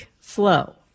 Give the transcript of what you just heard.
flow